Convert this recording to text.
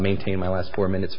maintain my last four minutes